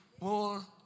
more